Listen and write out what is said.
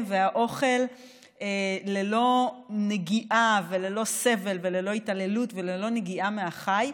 והאוכל ללא נגיעה וללא סבל וללא התעללות וללא נגיעה מהחי.